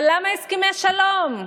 אבל למה "הסכמי שלום"?